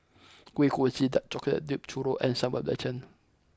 Kuih Kochi dark chocolate dipped Churro and Sambal Belacan